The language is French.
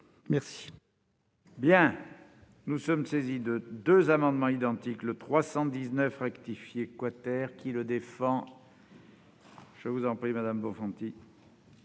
Merci